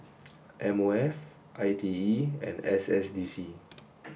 M O F I T E and S S D C